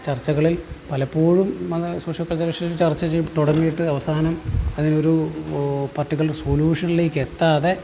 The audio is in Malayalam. ചർച്ചകളിൽ പലപ്പോഴും മത സോഷ്യോ കൾച്ചറൽ ഇഷ്യൂസ് ചർച്ച ചെയ്ത് തുടങ്ങിയിട്ട് അവസാനം അതിനൊരു പർട്ടിക്കുലർ സൊല്യൂഷനിലേക്ക് എത്താതെ